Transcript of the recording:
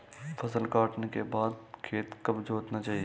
फसल काटने के बाद खेत कब जोतना चाहिये?